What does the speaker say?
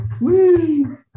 Woo